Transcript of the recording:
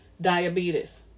diabetes